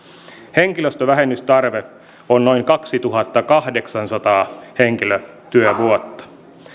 henkilöstövähennystarve on noin kaksituhattakahdeksansataa henkilötyövuotta